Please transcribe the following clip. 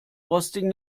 rostigen